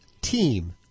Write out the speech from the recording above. team